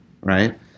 right